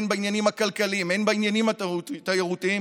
הן בעניינים הכלכליים והן בעניינים התיירותיים,